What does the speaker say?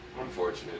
Unfortunate